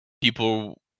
people